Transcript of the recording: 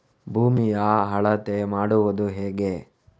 ಭೂಮಿಯ ಅಳತೆ ಮಾಡುವುದು ಹೇಗೆ?